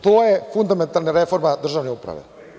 To je fundamentalna reforma državne uprave.